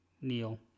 Neil